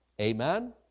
Amen